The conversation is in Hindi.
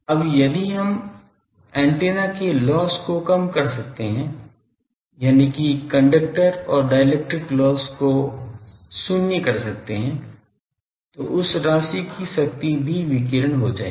अब यदि हम एंटीना के लॉस को कम कर सकते हैं यानिकि कंडक्टर और डाइइलेक्ट्रिक लॉस को शून्य कर सकते है तो उस राशि की शक्ति भी विकीर्ण हो जाएगी